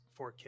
4K